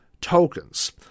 tokens